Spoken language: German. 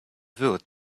wird